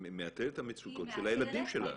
היא מאתרת את המצוקות של הילדים שלה.